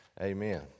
amen